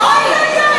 אוי אוי אוי,